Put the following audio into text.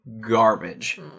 garbage